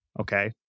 Okay